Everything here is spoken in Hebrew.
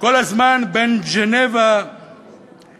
כל הזמן בין ז'נבה למכה,